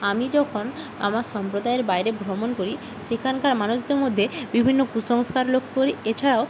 আমি যখন আমার সম্প্রদায়ের বাইরে ভ্রমণ করি সেখানকার মানুষদের মধ্যে বিভিন্ন কুসংস্কার লক্ষ্য করি এছাড়াও